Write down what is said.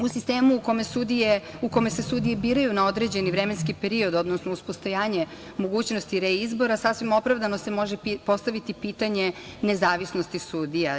U sistemu u kome se sudije biraju na određeni vremenski period, odnosno uz postojanje mogućnosti reizbora, sasvim opravdano se može postaviti pitanje nezavisnosti sudija.